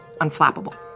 unflappable